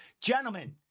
gentlemen